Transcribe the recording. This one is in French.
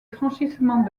franchissement